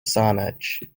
saanich